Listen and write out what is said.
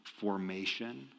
formation